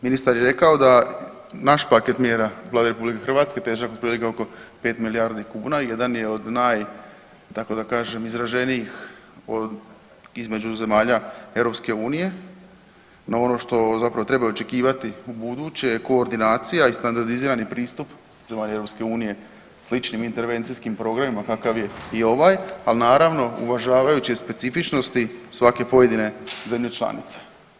Ministar je rekao da naš paket mjera Vlade RH težak otprilike oko 5 milijardi kuna, jedan je oda naj tako da kažem izraženijih između zemalja EU, no ono što zapravo treba očekivati ubuduće je koordinacija i standardizirani pristup zemalja EU sličnim intervencijskim programima kakav je i ovaj, ali naravno uvažavajući specifičnosti svake pojedine zemlje članice.